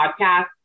podcast